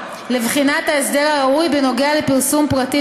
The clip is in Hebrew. לבחינת ההסדר הראוי בנוגע לפרסום פרטים